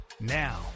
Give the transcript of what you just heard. Now